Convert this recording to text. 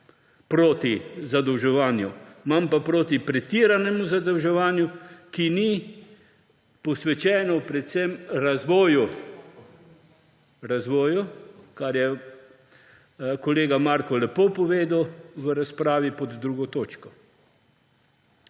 proti zadolževanju, sem pa proti pretiranem zadolževanju, ki ni posvečeno predvsem razvoju; razvoju, kar je kolega Marko lepo povedal v razpravi pod drugo točko.